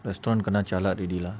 restaurant kena jialat already lah